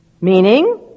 Meaning